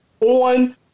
on